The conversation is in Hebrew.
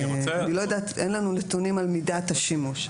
אין לנו נתונים על מידת השימוש.